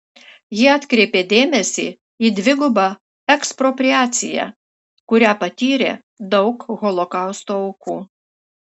ji atkreipė dėmesį į dvigubą ekspropriaciją kurią patyrė daug holokausto aukų